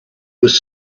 was